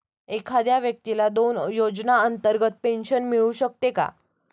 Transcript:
एखाद्या व्यक्तीला दोन योजनांतर्गत पेन्शन मिळू शकते का?